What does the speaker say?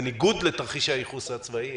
בניגוד לתרחיש הייחוס הצבאי,